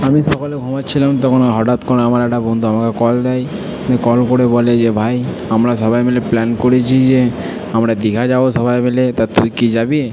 আমি সকালে ঘুমাচ্ছিলাম তখন হঠাৎ করে আমার একটা বন্ধু আমাকে কল দেয় কল করে বলে যে ভাই আমরা সবাই মিলে প্ল্যান করেছি যে আমরা দীঘা যাব সবাই মিলে তা তুই কি যাবি